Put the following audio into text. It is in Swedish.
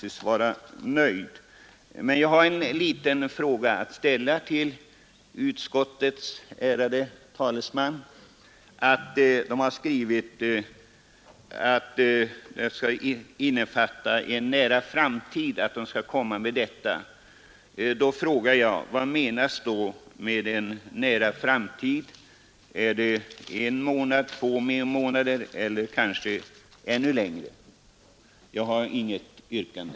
Jag har emellertid en liten fråga att ställa till utskottets ärade talesman. När utskottet skriver att fosterbarnsutredningen kommer med ett betänkande som skall avges inom en nära framtid, så undrar jag om man med en nära framtid menar en månad, två månader eller ännu längre tid. Fru talman! Jag har inget yrkande.